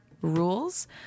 Rules